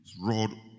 rod